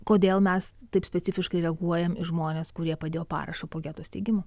kodėl mes taip specifiškai reaguojam į žmones kurie padėjo parašą po geto steigimu